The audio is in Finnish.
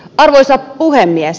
arvoisa puhemies